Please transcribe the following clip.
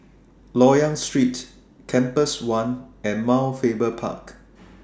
Loyang Street Compass one and Mount Faber Park